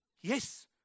yes